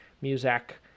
music